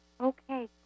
okay